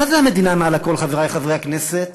מה זה "המדינה מעל הכול", חברי חברי הכנסת?